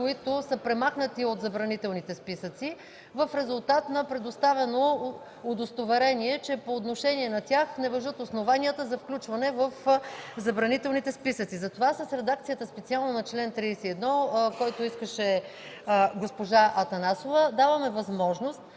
които са премахнати от забранителните списъци в резултат на предоставено удостоверение, че по отношение на тях не важат основанията за включване в забранителните списъци. Затова с редакцията специално на чл. 31, който искаше госпожа Атанасова, даваме възможност